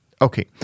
Okay